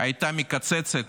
הייתה מקצצת